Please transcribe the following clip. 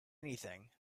anything